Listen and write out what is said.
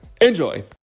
Enjoy